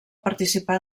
participà